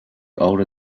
older